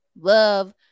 love